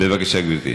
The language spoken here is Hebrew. בבקשה, גברתי.